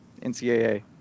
NCAA